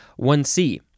1c